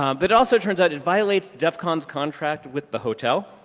um but it also turns out it violates def con's contract with the hotel.